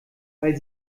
weil